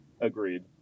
Agreed